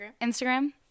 Instagram